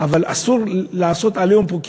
אבל אסור לעשות "עליהום" פה.